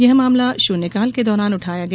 यह मामला शून्यकाल के दौरान उठाया गया